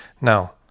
Now